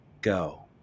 go